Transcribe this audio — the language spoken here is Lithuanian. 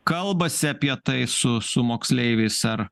kalbasi apie tai su su moksleiviais ar